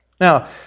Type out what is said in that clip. Now